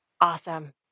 Awesome